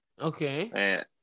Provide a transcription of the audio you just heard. Okay